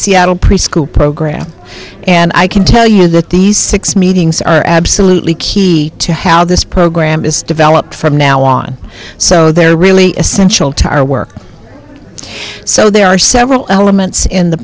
seattle preschool program and i can tell you that these six meetings are absolutely key to how this program is developed from now on so they're really essential to our work so there are several elements in the